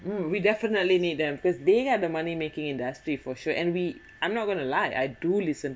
mm we definitely need them because they have the money making industry for sure and we I'm not going to lie I do listen